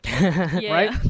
Right